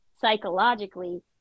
psychologically